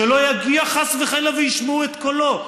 שלא יגיע חס וחלילה וישמעו את קולו.